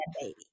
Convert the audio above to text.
baby